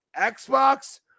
Xbox